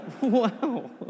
Wow